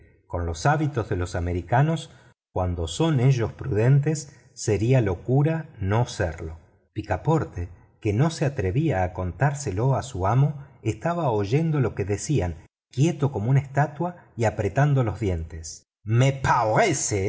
con los hábitos de los americanos cuando son ellos prudentes sería locura no serlo picaporte que no se atrevía a contárselo a su amo estaba oyendo lo que decían quieto como una estatua y apretando los dientes me